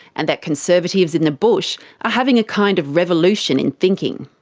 and that conservatives in the bush are having a kind of revolution in thinking.